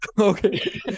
Okay